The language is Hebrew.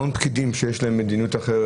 המון פקידים שיש להם מדיניות אחרת.